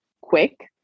quick